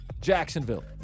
Jacksonville